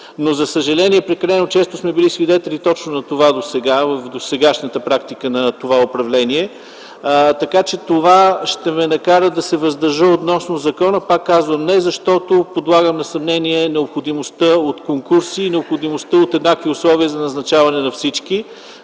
но за съжаление прекалено често сме били свидетели точно на това в досегашната практика на това управление, така че това ще ме накара да се въздържа относно закона. И пак казвам: не защото подлагам на съмнение необходимостта от конкурси и необходимостта от еднакви условия за назначаване на всички,